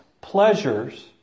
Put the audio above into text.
pleasures